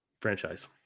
franchise